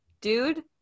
dude